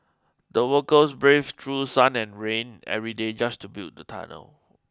the workers braved through sun and rain every day just to build the tunnel